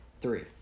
Three